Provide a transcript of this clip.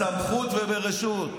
הכול בסמכות וברשות.